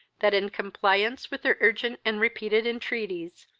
that, in compliance with their urgent and repeated entreaties,